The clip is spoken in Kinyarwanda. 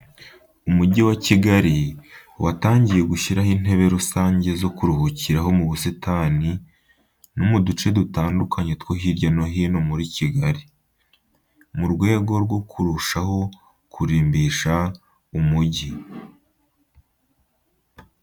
Umujyi wa Kigali watangiye gushyiraho intebe rusange zo kuruhukiramo mu busatani no mu duce dutandukanye two hirya no hino muri Kigali, mu rwego rwo kurushaho kurimbisha umujyi.